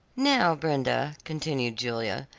now, brenda, continued julia,